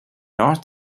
north